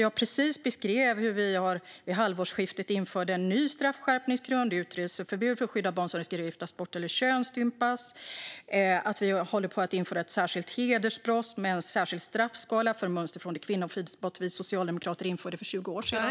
Jag beskrev ju precis hur vi vid halvårsskiftet införde en ny straffskärpningsgrund, utreseförbud för skydd av barn som riskerar att giftas bort eller könsstympas, och att vi håller på att införa ett särskilt hedersbrott med en särskild straffskala, med mönster från det kvinnofridsbrott vi socialdemokrater införde för 20 år sedan.